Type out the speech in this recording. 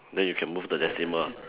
then you can move the decimal